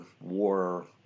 war